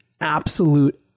absolute